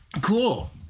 Cool